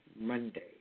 Monday